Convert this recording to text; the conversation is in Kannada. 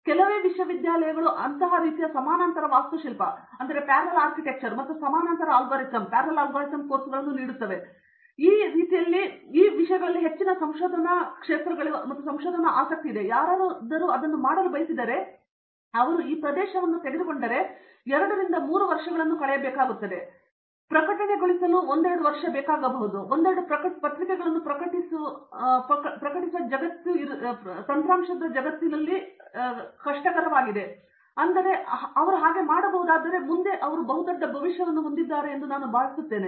ಕೆಲವೇ ವಿಶ್ವವಿದ್ಯಾಲಯಗಳು ಅಂತಹ ರೀತಿಯ ಸಮಾನಾಂತರ ವಾಸ್ತುಶಿಲ್ಪ ಮತ್ತು ಸಮಾನಾಂತರ ಅಲ್ಗಾರಿದಮ್ ಕೋರ್ಸ್ಗಳನ್ನು ಸಹ ನೀಡುತ್ತದೆ ಮತ್ತು ಇದರಿಂದಾಗಿ ಇಲ್ಲಿ ಹೆಚ್ಚಿನ ಸಂಶೋಧನಾ ಆಸಕ್ತಿ ಇದೆ ಮತ್ತು ಯಾರಾದರೂ ಅದನ್ನು ಮಾಡಲು ಬಯಸಿದರೆ ಅವರು ಈ ಪ್ರದೇಶವನ್ನು ಯಾರಾದರೂ ತೆಗೆದುಕೊಂಡರೆ ಮತ್ತು 2 ರಿಂದ 3 ವರ್ಷಗಳನ್ನು ಕಳೆಯುತ್ತಾರೆ ಮತ್ತು ಹೊಸ ಪ್ರಕಟವಾದ ಒಂದೆರಡು ಪತ್ರಿಕೆಗಳನ್ನು ಪ್ರಕಟಿಸುವ ಜಗತ್ತು ಕೆಲವು ರೀತಿಯ ತಂತ್ರಾಂಶಗಳನ್ನು ಬರೆಯುತ್ತಿದ್ದು ಅವುಗಳು ಈ ಮುಂದೆ ಒಂದು ದೊಡ್ಡ ಭವಿಷ್ಯವನ್ನು ಹೊಂದಿವೆ ಎಂದು ನಾನು ಭಾವಿಸುತ್ತೇನೆ